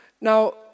Now